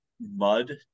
mud